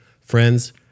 friends